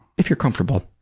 if you're comfortable